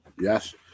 Yes